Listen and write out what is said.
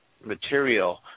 material